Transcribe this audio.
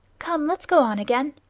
come, let's go on again.